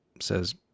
says